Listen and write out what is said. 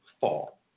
fall